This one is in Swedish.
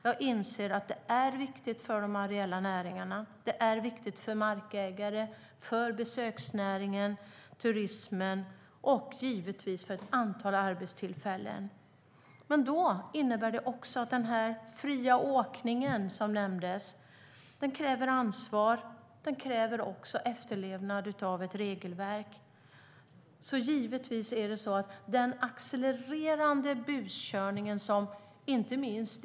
Jag inser att detta är viktigt för de areella näringarna, för markägarna, för besöksnäringen, för turismen och givetvis för ett antal arbetstillfällen. Men det innebär att den fria åkningen, som nämndes, kräver ansvar och efterlevnad av regelverket. Den accelererande buskörningen är problematisk.